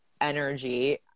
energy